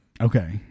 Okay